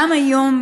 גם היום,